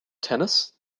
tennis